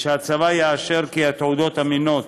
שהצבא יאשר כי התעודות אמינות